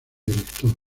director